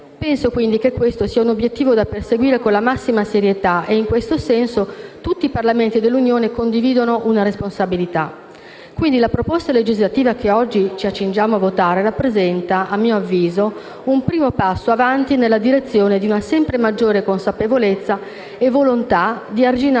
Penso quindi che questo sia un obiettivo da perseguire con la massima serietà e in questo senso tutti i Parlamenti dell'Unione condividono una responsabilità. Pertanto, la proposta legislativa che oggi ci accingiamo a votare rappresenta, a mio avviso, un primo passo avanti nella direzione di una sempre maggiore consapevolezza e volontà di arginare